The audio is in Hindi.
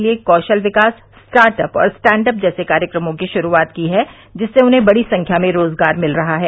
युवाओं के लिए कौशल विकस स्टार्टअप और स्टैंडअप जैसे कार्यक्रमों की शुरूआत की है जिससे उन्हें बड़ी संख्या में रोजगार मिल रहा है